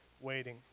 waiting